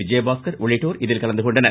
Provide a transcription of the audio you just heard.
விஜயபாஸ்கர் உள்ளிட்டோர் இதில் கலந்து கொண்டனர்